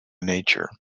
nature